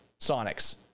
Sonics